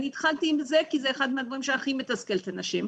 אני התחלתי עם זה כי זה הדבר שהכי מתסכל את הנשים.